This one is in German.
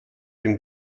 dem